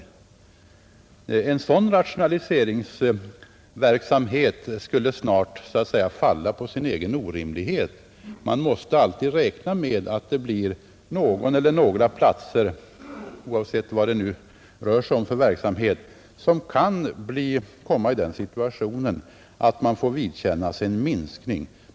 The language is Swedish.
En sådan rationaliserings verksamhet skulle inte fylla någon funktion, Vi måste alltid räkna med att några platser, oavsett vilken verksamhet det rör sig om, kan komma i den situationen att de får vidkännas en minskning.